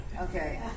Okay